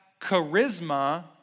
charisma